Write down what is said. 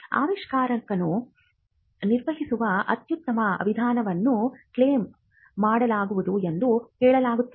ಆವಿಷ್ಕಾರವನ್ನು ನಿರ್ವಹಿಸುವ ಅತ್ಯುತ್ತಮ ವಿಧಾನವನ್ನು ಕ್ಲೈಮ್ ಮಾಡಲಾಗುವುದು ಎಂದು ಹೇಳಲಾಗುತ್ತದೆ